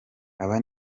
aba